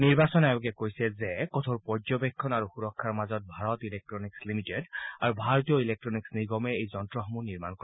নিৰ্বাচন আয়োগে কৈছে কঠোৰ পৰ্যবেক্ষণ আৰু সুৰক্ষাৰ মাজত ভাৰত ইলেকট্ৰনিক্স লিমিটেড আৰু ভাৰতীয় ইলেকট্টনিক্স নিগমে এই যন্ত্ৰসমূহ নিৰ্মাণ কৰে